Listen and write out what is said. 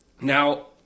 now